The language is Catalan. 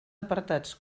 apartats